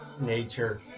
Nature